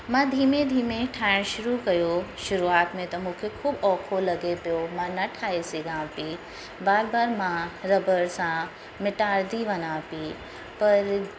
मां धीमे धीमे ठाहिणु शुरू कयो शुरूआति में त मूंखे ख़ूब औखो लॻे पियो मां न ठाहे सघां पई बार बार मां रबड़ सां मिटाईंदी वञा पई पर